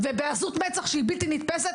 זו עזות מצח שהיא בלתי נתפשת,